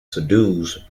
subdues